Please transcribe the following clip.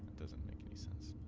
doesn't make sense,